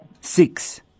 Six